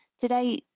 Today